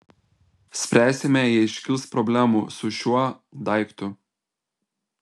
spręsime jei iškils problemų su šiuo daiktu